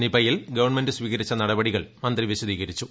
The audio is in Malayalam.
നിപയിൽ ഗവൺമെന്റ് സ്വീകരിച്ച നടപടികൾ മന്ത്രി വിശദീകരിച്ചു